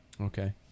Okay